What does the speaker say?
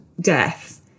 death